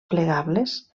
plegables